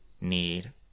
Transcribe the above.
need